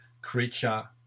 creature